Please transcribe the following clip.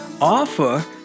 offer